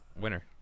Winner